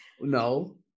no